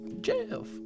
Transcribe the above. jeff